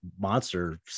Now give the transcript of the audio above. monster